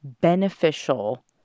beneficial